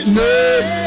name